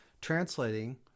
translating